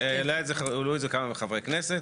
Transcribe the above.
העלו את זה כמה חברי כנסת.